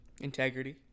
Integrity